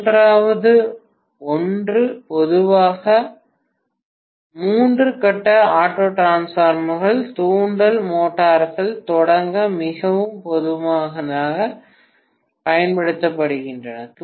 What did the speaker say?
மூன்றாவது ஒன்று பொதுவாக மூன்று கட்ட ஆட்டோ டிரான்ஸ்ஃபார்மர்கள் தூண்டல் மோட்டார்கள் தொடங்க மிகவும் பொதுவாகப் பயன்படுத்தப்படுகின்றன